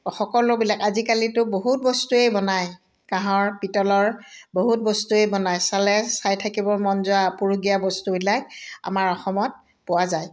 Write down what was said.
সকলোবিলাক আজিকালিতো বহুত বস্তুৱেই বনায় কাঁহৰ পিতলৰ বহুত বস্তুৱেই বনায় চালে চাই থাকিব মন যোৱা আপুৰুগীয়া বস্তুবিলাক আমাৰ অসমত পোৱা যায়